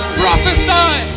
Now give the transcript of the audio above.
prophesy